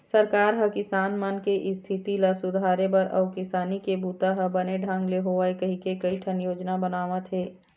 सरकार ह किसान मन के इस्थिति ल सुधारे बर अउ किसानी के बूता ह बने ढंग ले होवय कहिके कइठन योजना बनावत हे